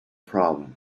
problem